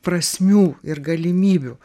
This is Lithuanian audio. prasmių ir galimybių